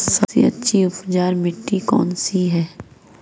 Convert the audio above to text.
सबसे अच्छी उपजाऊ मिट्टी कौन सी है?